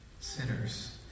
sinners